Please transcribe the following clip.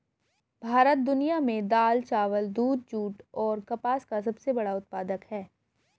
भारत दुनिया में दाल, चावल, दूध, जूट और कपास का सबसे बड़ा उत्पादक है